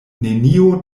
nenio